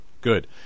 good